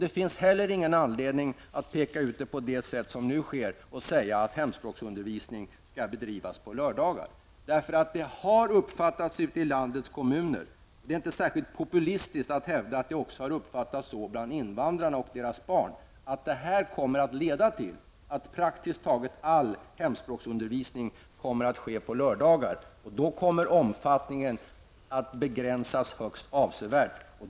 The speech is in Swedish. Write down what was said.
Det fanns heller ingen anledning att peka ut hemspråksundervisningen och säga att den skall bedrivas på lördagar. Det har uppfattats så ute i landets kommuner, det är inte särskilt populistiskt att hävda att det även har uppfattats så bland invandrarna och deras barn, att det kommer att leda till att praktiskt taget all hemspråksundervisning kommer att ske på lördagar. Då kommer omfattningen att begränsas högst avsevärt.